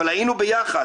אבל היינו ביחד,